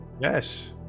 Yes